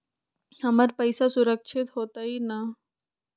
हमर पईसा सुरक्षित होतई न?